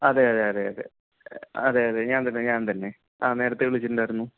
അതെയതെ അതെയതെ അതെയതെ ഞാൻ തന്നെ ഞാൻ തന്നെ ആ നേരത്തെ വിളിച്ചിട്ടുണ്ടായിരുന്നു